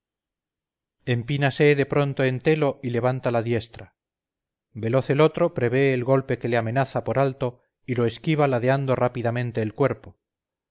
y levanta la diestra veloz el otro prevé el golpe que le amenaza por alto y lo esquiva ladeando rápidamente el cuerpo